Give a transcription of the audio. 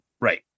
right